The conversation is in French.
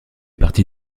partie